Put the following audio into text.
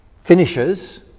finishes